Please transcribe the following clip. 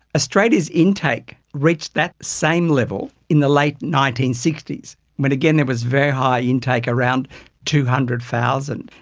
australia's intake reached that same level in the late nineteen sixty s when again there was very high intake, around two hundred thousand.